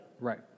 Right